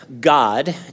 God